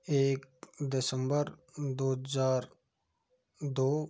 एक दिसंबर दो हज़ार दो